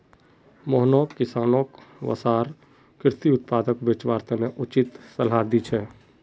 मोहन किसानोंक वसार कृषि उत्पादक बेचवार तने उचित सलाह दी छे